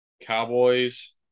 Cowboys